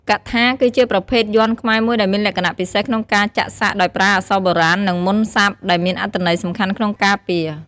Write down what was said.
កៈថា គឺជាប្រភេទយ័ន្តខ្មែរមួយដែលមានលក្ខណៈពិសេសក្នុងការចាក់សាក់ដោយប្រើអក្សរបុរាណ និងមន្តសព្ទ ដែលមានអត្ថន័យសំខាន់ក្នុងការពារ។